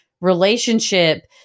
relationship